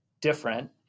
different